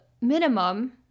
minimum